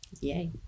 Yay